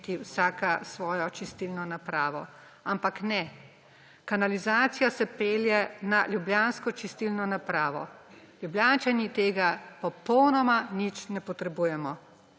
vsaka svojo čistilno napravo. Ampak ne, kanalizacija se pelje na ljubljansko čistilno napravo. Ljubljančani tega popolnoma nič ne potrebujemo.